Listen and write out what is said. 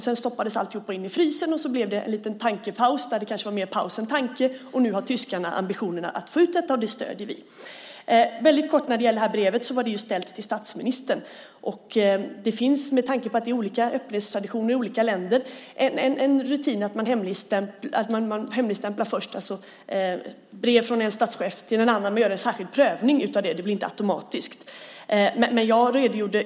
Sedan stoppades alltihop in i frysen och så blev det en liten tankepaus där det kanske var mer paus än tanke. Nu har tyskarna ambitionerna att få ut detta, och det stöder vi. Det här brevet var ju ställt till statsministern. Det finns olika öppenhetstraditioner i olika länder, och därmed finns det en rutin att först hemligstämpla brev från en statschef till en annan. Man gör en särskild prövning av det. Det sker inte automatiskt.